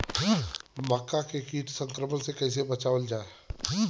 मक्का के कीट संक्रमण से कइसे बचावल जा?